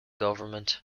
government